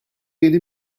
yeni